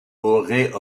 aurait